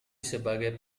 sebagai